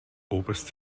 oberst